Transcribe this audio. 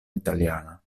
italiana